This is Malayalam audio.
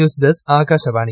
news desk Akashvani